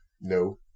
No